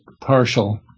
partial